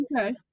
Okay